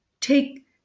Take